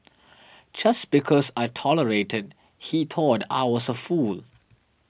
just because I tolerated he thought I was a fool